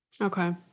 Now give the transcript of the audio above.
Okay